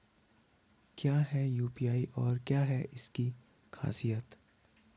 क्या है यू.पी.आई और क्या है इसकी खासियत?